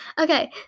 Okay